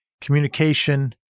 communication